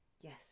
Yes